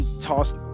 tossed